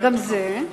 גם זה.